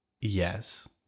Yes